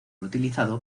utilizado